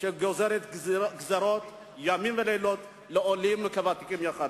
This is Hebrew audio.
שגוזרת גזירות ימים ולילות על עולים וותיקים יחד.